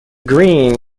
green